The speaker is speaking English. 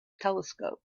telescope